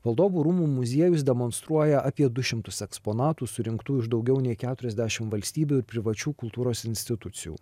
valdovų rūmų muziejus demonstruoja apie du šimtus eksponatų surinktų iš daugiau nei keturiasdešimt valstybių ir privačių kultūros institucijų